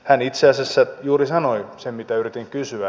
hän itse asiassa juuri sanoi sen mitä yritin kysyä